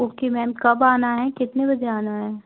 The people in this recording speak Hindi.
ओके मैम कब आना है कितने बजे आना है